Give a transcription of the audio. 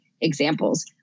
examples